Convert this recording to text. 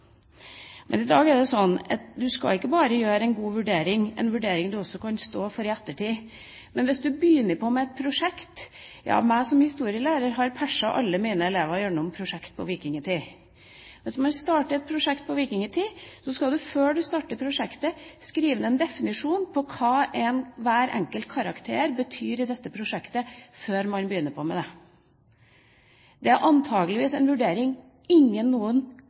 Men i dag er det sånn at du skal ikke bare foreta en god vurdering, en vurdering du også kan stå for i ettertid, for hvis du begynner på et prosjekt om vikingtida – som historielærer har jeg pushet alle mine elever gjennom prosjekt om vikingtida – skal du før du starter prosjektet, skrive ned en definisjon på hva hver enkelt karakter betyr i dette prosjektet, før man begynner med det. Det er antakeligvis en vurdering ingen noen